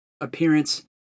appearance